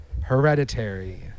Hereditary